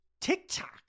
TikTok